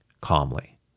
calmly